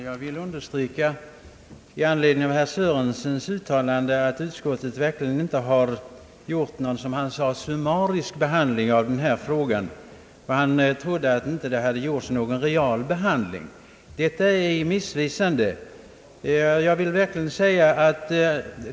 Herr talman! I anledning av herr Sörensons uttalande vill jag understryka att utskottet verkligen inte gjort denna motion till föremål för någon »summarisk» behandling. Han trodde att någon realbehandling inte förekommit. Detta är felaktigt.